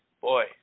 boy